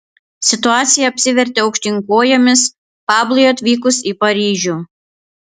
situacija apsivertė aukštyn kojomis pablui atvykus į paryžių